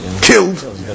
killed